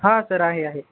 हा सर आहे आहे